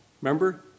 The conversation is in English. Remember